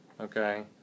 Okay